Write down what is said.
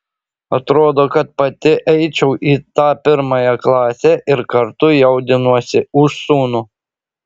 atrodo kad pati eičiau į tą pirmąją klasę ir kartu jaudinuosi už sūnų